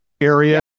area